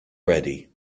ready